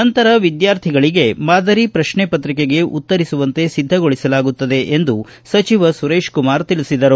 ನಂತರ ವಿದ್ವಾರ್ಥಿಗಳಿಗೆ ಮಾದರಿ ಪ್ರಶ್ನೆ ಪತ್ರಿಕೆಗೆ ಉತ್ತರಿಸುವಂತೆ ಸಿದ್ದಗೊಳಿಸಲಾಗುತ್ತದೆ ಎಂದು ಸಚಿವ ಸುರೇಶಕುಮಾರ್ ತಿಳಿಸಿದರು